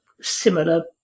similar